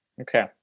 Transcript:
Okay